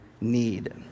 need